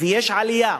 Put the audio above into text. ויש עלייה,